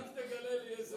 רק תגלה לי איזה,